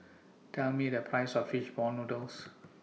Tell Me The Price of Fish Ball Noodles